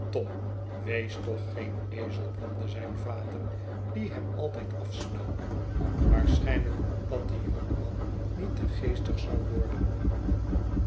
wees toch geen ezel bromde zijn vader die hem altijd afsnauwde waarschynlijk opdat de jonkman niet te geestig zou worden